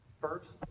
First